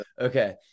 okay